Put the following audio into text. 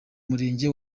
murenge